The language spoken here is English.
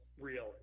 real